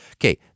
Okay